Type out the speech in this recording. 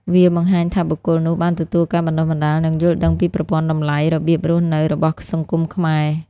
វាបង្ហាញថាបុគ្គលនោះបានទទួលការបណ្តុះបណ្តាល និងយល់ដឹងពីប្រព័ន្ធតម្លៃ របៀបរស់នៅរបស់សង្គមខ្មែរ។